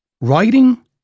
writing